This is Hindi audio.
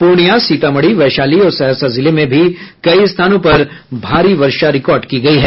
पूर्णियां सीतामढ़ी वैशाली और सहरसा जिले में भी कई स्थानों पर भारी वर्षा रिकॉर्ड की गयी है